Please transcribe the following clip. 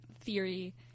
theory